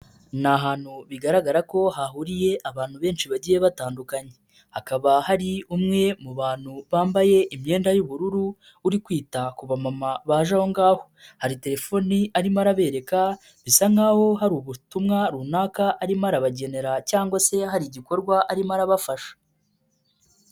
Ni ahantu bigaragara ko hahuriye abantu benshi bagiye batandukanye, hakaba hari umwe mu bantu bambaye imyenda y'ubururu, uri kwita ku bamama baje aho ngaho, hari telefoni arimo arabereka, bisa nkahoa hari ubutumwa runaka arimo arabagenera cyangwa se hari igikorwa arimo arabafasha.